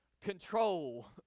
control